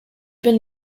been